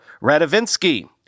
Radovinsky